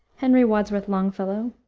henry wadsworth longfellow,